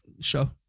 show